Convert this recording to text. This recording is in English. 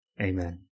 Amen